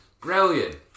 Brilliant